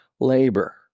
labor